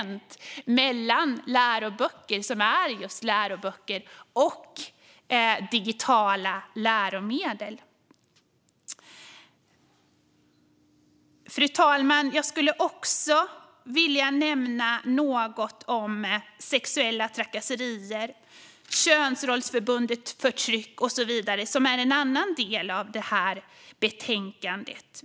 Vi ser att läroböcker som är just läroböcker och digitala läromedel kan vara komplement till varandra. Fru talman! Jag vill också nämna sexuella trakasserier, könsrollsbundet förtryck och så vidare. Det är en annan del i betänkandet.